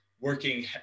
working